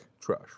Trash